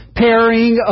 pairing